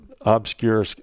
obscure